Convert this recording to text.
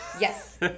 Yes